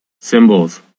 symbols